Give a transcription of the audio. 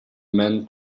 men